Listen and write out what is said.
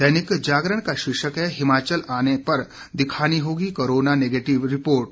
दैनिक जागरण का शीर्षक है हिमाचल आने पर दिखानी होगी कोरोना नेगेटिव रिपोर्ट